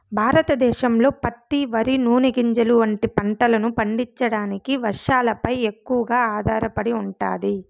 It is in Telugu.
భారతదేశంలో పత్తి, వరి, నూనె గింజలు వంటి పంటలను పండించడానికి వర్షాలపై ఎక్కువగా ఆధారపడి ఉంటాది